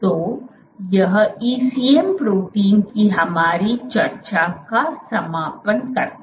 तो यह ECM protein की हमारी चर्चा का समापन करता है